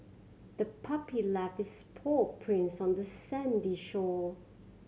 the puppy left its paw prints on the sandy shore